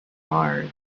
mars